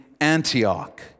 Antioch